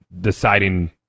deciding